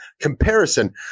comparison